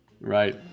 Right